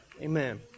Amen